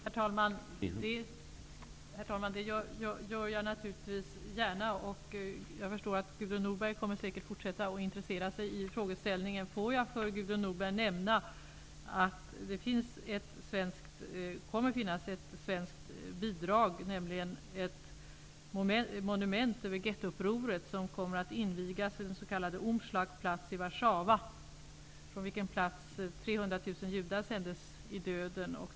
Herr talman! Det gör jag naturligtvis gärna. Jag förstår att Gudrun Norberg kommer att fortsätta att intressera sig i frågan. Får jag för Gudrun Norberg nämna att det kommer att bli ett svenskt bidrag, nämligen ett monument över gettoupproret som kommer att invigas vid s.k. 300 000 judar sändes i döden.